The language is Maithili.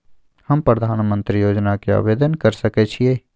हम प्रधानमंत्री योजना के आवेदन कर सके छीये?